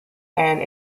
and